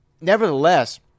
nevertheless